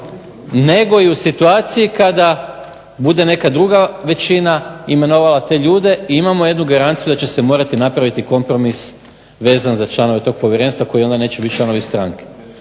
nego i u situaciji kada bude neka druga većina imenovala te ljude i imamo jednu garanciju da će se morati napraviti kompromis vezan za članove tog povjerenstva koji onda neće biti članovi stranke.